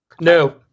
No